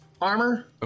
armor